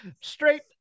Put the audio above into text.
straight